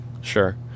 Sure